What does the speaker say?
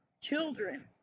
children